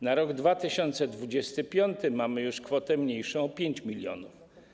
Na rok 2025 mamy już kwotę mniejszą o 5 mln.